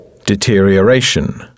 Deterioration